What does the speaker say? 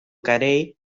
carey